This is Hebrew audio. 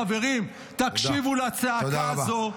חברים, תקשיבו לצעקה הזו: